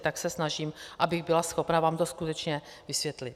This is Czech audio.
Tak se snažím, abych byla schopna vám to skutečně vysvětlit.